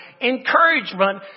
encouragement